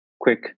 quick